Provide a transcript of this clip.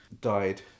died